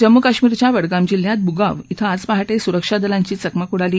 जम्मू कश्मीरच्या वडगाम जिल्ह्यात बुगाव कें आज पहा सुरक्षा दलांची चकमक उडाली